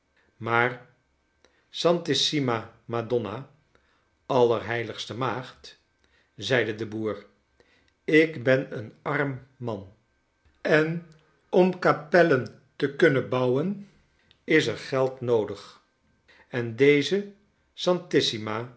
maar s ant issi ma madonna allerheiligste maagd zeide de boer ik ben een arm man en om kapellen te kunnen bouwen is er geld noodig en deze